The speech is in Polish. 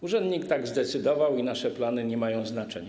Urzędnik tak zdecydował i nasze plany nie mają znaczenia.